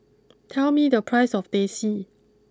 tell me the price of Teh C